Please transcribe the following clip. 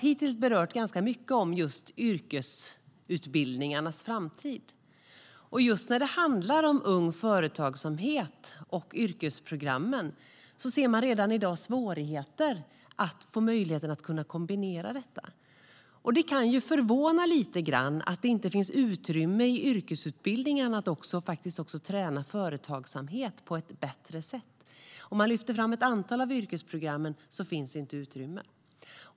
Hittills har vi talat ganska mycket om yrkesutbildningarnas framtid. När det gäller ung företagsamhet och yrkesprogrammen ser man redan i dag svårigheter att kombinera detta. Det kan förvåna lite att det inte finns utrymme i yrkesutbildningarna att också träna företagsamhet på ett bättre sätt. I ett antal yrkesprogram finns inget utrymme.